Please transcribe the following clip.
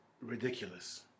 ridiculous